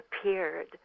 appeared